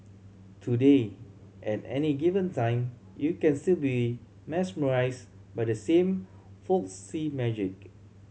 today at any given time you can still be mesmerised by the same folksy magic